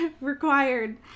required